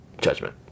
judgment